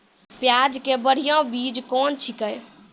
प्याज के बढ़िया बीज कौन छिकै?